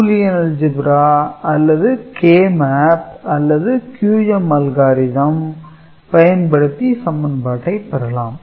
"Boolean Algebra" அல்லது K map அல்லது "QM algorithm" பயன்படுத்தி சமன்பாட்டை பெறலாம்